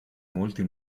molti